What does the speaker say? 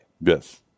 Yes